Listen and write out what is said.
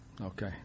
Okay